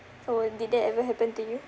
so wi~ when did that ever happen to you